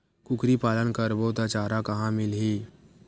कुकरी पालन करबो त चारा कहां मिलही?